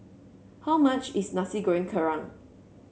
how much is Nasi Goreng Kerang